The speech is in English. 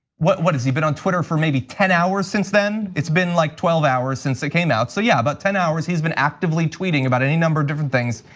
what what has he been on twitter for maybe ten hours since then. it's been like twelve hours since it came out. so yeah, about but ten hours he has been actively tweeting about any number of different things.